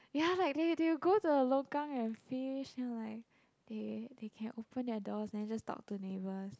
ya like they they will go to the longkang and fish you know like they they can open their doors and just talk to neighbors